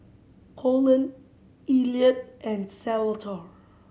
Colon Elliot and Salvatore